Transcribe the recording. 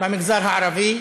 במגזר הערבי,